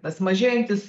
tas mažėjantis